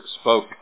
spoke